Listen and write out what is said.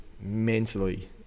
mentally